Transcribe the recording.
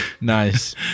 Nice